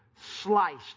sliced